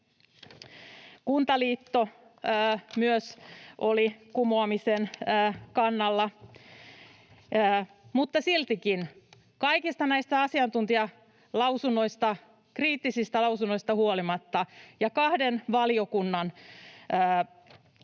Kuntaliitto oli kumoamisen kannalla. Siltikään, kaikista näistä kriittisistä asiantuntijalausunnoista huolimatta ja kahden valiokunnan kriittisestä näkemyksestä